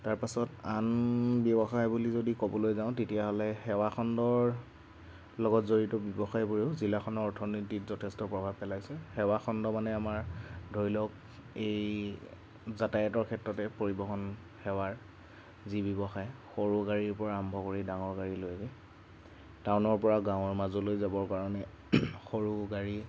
তাৰপাছত আন ব্যৱসায় বুলি যদি ক'বলৈ যাওঁ তেতিয়াহ'লে সেৱাখণ্ডৰ লগত জড়িত ব্যৱসায়বোৰেও জিলাখনৰ অৰ্থনীতিত যথেষ্ট প্ৰভাৱ পেলাইছে সেৱা খণ্ড মানে আমাৰ ধৰি লওক এই যাতায়তৰ ক্ষেত্ৰতে পৰিৱহন সেৱাৰ যি ব্যৱসায় সৰু গাড়ীৰ পৰা আৰম্ভ কৰি ডাঙৰ গাড়ীলৈকে টাউনৰ পৰা গাঁৱৰ মাজলৈ যাবৰ কাৰণে সৰু গাড়ী